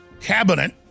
cabinet